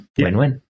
Win-win